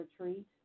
treat